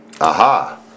Aha